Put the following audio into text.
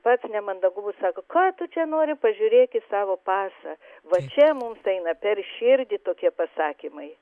pats nemandagus sako ką tu čia nori pažiūrėk į savo pasą va čia mums eina per širdį tokie pasakymai